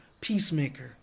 peacemaker